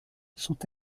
sont